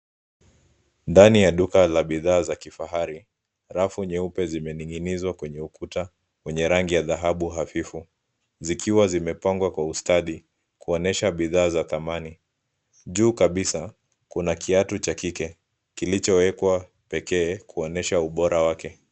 Ndani ya duka la bidhaa za kifahari, rafu nyeupe zimening'inizwa kwenye ukuta wenye rangi ya dhahabu hafifu, zikiwa zimepangwa kwa ustadi kuonyesha bidhaa za thamani. Juu ya kabisa kuna kiatu cha kike kilichowekwa pekee kuonyesha ubora wake.